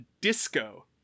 disco